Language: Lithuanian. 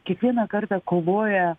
kiekviena kartą kovoja